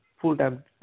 full-time